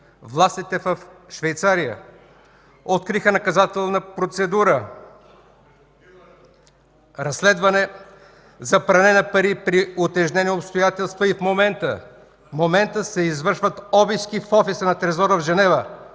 властите в Швейцария откриха наказателна процедура, разследване за пране на пари при утежнени обстоятелства и в момента се извършват обиски в офиса на трезора в Женева”.